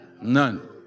None